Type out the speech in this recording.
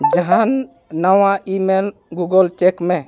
ᱡᱟᱦᱟᱱ ᱱᱟᱣᱟ email Google check ᱢᱮ